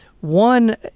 one